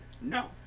no